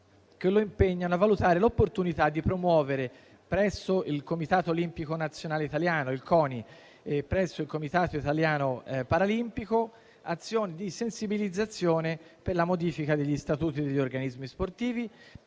che lo impegnano a valutare l'opportunità di promuovere, presso il Comitato olimpico nazionale italiano (CONI) e presso il Comitato italiano paralimpico, azioni di sensibilizzazione per la modifica degli statuti degli organismi sportivi,